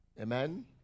Amen